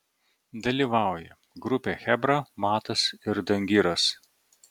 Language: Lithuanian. dalyvauja grupė chebra matas ir dangiras